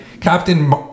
Captain